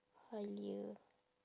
Halia